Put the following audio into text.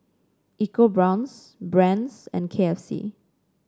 EcoBrown's Brand's and K F C